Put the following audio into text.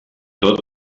tot